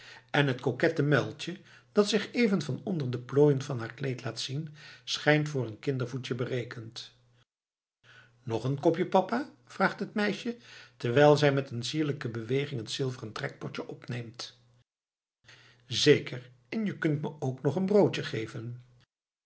en het coquette muiltje dat zich even van onder de plooien van haar kleed laat zien schijnt voor een kindervoetje berekend nog een kopje papa vraagt het meisje terwijl zij met een sierlijke beweging het zilveren trekpotje opneemt zeker en je kunt me ook nog een broodje geven